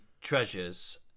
treasures